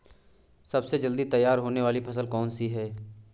सबसे जल्दी तैयार होने वाली फसल कौन सी है?